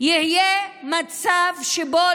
יהיה מצב שבו,